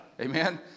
Amen